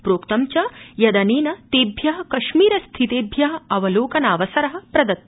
प्रोक्तं च यदनेन तेभ्य कश्मीरस्थिते अवलोकनावसर प्रदत्त